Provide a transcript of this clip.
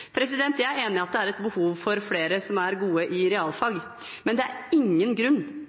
Jeg er enig i at det er et behov for flere som er gode i realfag. Men det er ingen grunn,